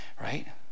right